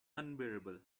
unbearable